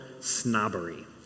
snobbery